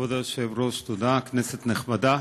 כבוד היושב-ראש, תודה, כנסת נכבדה,